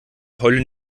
heulen